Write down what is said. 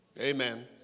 Amen